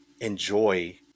enjoy